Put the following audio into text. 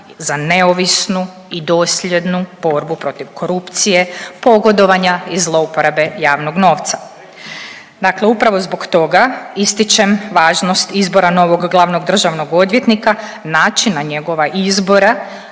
za neovisnu i dosljednu borbu protiv korupcije, pogodovanja i zlouporabe javnog novca. Dakle upravo zbog toga ističem važnost izbora novog glavnog državnog odvjetnika, načina njegova izbora,